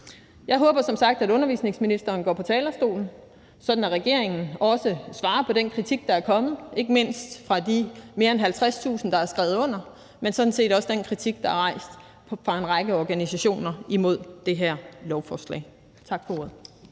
Jeg håber som sagt, at undervisningsministeren går på talerstolen, sådan at regeringen også svarer på den kritik, der er kommet, ikke mindst fra de mere end 50.000, der har skrevet under, men sådan set også den kritik, der er rejst fra en række organisationers side imod det her lovforslag. Tak for ordet.